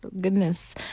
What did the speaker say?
goodness